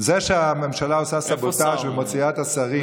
זה שהממשלה עושה סבוטז' ומוציאה את השרים,